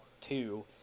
two